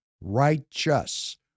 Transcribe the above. righteous